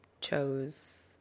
chose